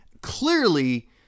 Clearly